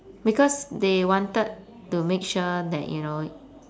because they wanted to make sure that you know